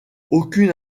aucune